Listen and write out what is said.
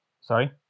Sorry